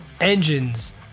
Engines